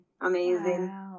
Amazing